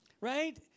right